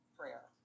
prayer